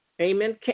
Amen